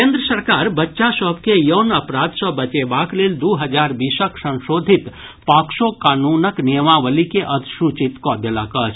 केन्द्र सरकार बच्चा सभ के यौन अपराध सॅ बचेबाक लेल दू हजार बीसक संशोधित पॉक्सो कानूनक नियमावली के अधिसूचित कऽ देलक अछि